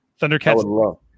Thundercats